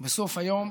בסוף היום,